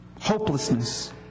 Hopelessness